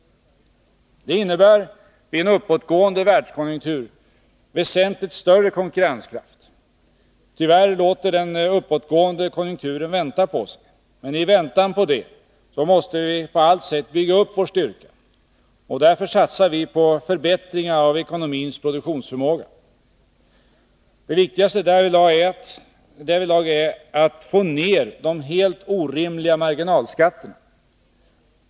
Det innebär vid en uppåtgående världskonjunktur väsentligt större konkurrenskraft. Tyvärr låter den uppåtgående konjunkturen vänta på sig. Men i avvaktan på den måste vi på alla sätt bygga upp vår styrka. Därför satsar vi på förbättringar av ekonomins produktionsförmåga. Det viktigaste därvidlag är att få ned de helt orimliga marginalskatterna.